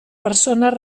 persones